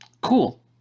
Cool